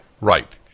right